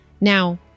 Now